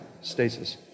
stasis